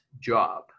job